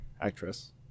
actress